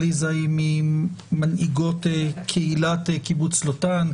עליזה היא ממנהיגות קהילת קיבוץ לוטן,